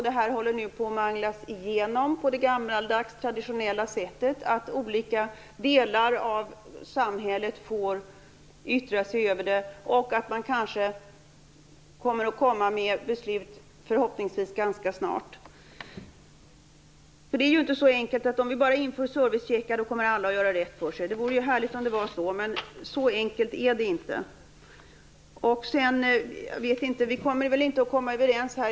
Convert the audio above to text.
Det här håller nu på att manglas igenom på det gammaldags traditionella sättet, dvs. olika delar av samhället får yttra sig över det så att man kanske kommer att få fram ett beslut, förhoppningsvis ganska snart. Det är ju inte så enkelt att om vi bara inför servicecheckar kommer alla att göra rätt för sig. Det vore ju härligt om det var så, men så enkelt är det inte.